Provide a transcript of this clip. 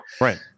Right